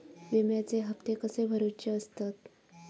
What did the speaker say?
विम्याचे हप्ते कसे भरुचे असतत?